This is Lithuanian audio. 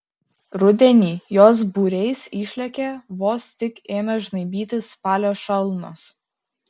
rudenį jos būriais išlėkė vos tik ėmė žnaibytis spalio šalnos